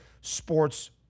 sports